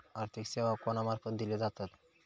आर्थिक सेवा कोणा मार्फत दिले जातत?